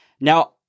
Now